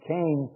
Cain